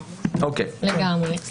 לגמרי.